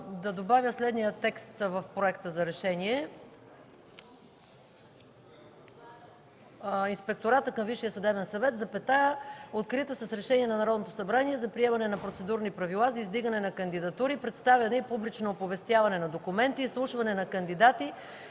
да добавя следния текст в Проекта за решение: